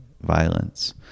violence